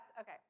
Okay